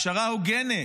פשרה הוגנת,